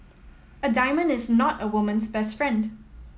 a diamond is not a woman's best friend